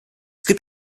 gibt